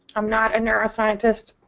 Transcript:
i'm not a neuroscientist.